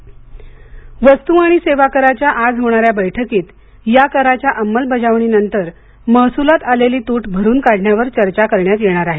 GST वस्तु आणि सेवा कराच्या आज होणाऱ्या बैठकीत या कराच्या अंमलबजावणीनंतर महसुलात आलेली तुट भरून काढण्यावर चर्चा करण्यात येणार आहे